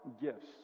gifts